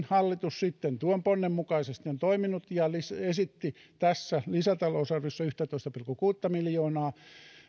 hallitus sitten tuon ponnen mukaisesti on toiminut ja esitti tässä lisätalousarviossa yhtätoista pilkku kuutta miljoonaa